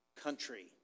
country